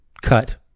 cut